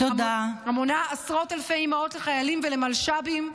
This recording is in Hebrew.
המונה עשרות אלפי אימהות לחיילים ולמלש"בים,